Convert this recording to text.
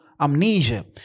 amnesia